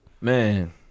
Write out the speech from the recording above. Man